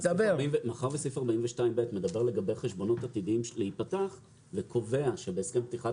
מאחר שסעיף 42(ב) מדבר על חשבונות שעתידיים להיפתח וקובע שבהסכם פתיחת